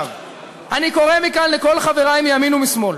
אני קורא מכאן לכל חברי מימין ומשמאל,